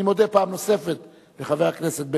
אני מודה פעם נוספת לחבר הכנסת בן-סימון,